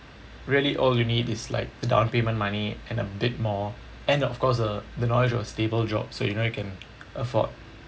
really all you need is like the down payment money and a bit more and of course uh the knowledge of a stable job so you know you can afford